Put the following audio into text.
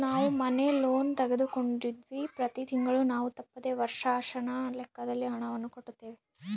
ನಾವು ಮನೆ ಲೋನ್ ತೆಗೆದುಕೊಂಡಿವ್ವಿ, ಪ್ರತಿ ತಿಂಗಳು ನಾವು ತಪ್ಪದೆ ವರ್ಷಾಶನದ ಲೆಕ್ಕದಲ್ಲಿ ಹಣವನ್ನು ಕಟ್ಟುತ್ತೇವೆ